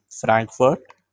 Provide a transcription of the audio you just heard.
Frankfurt